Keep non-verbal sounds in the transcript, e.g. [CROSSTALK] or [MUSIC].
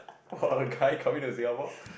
[LAUGHS] for a guy coming to Singapore